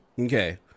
Okay